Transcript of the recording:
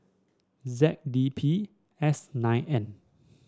Z D P S nine N